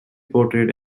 portrayed